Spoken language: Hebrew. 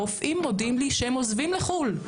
רופאים מודיעים לי שהם עוזבים לחו"ל,